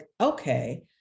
okay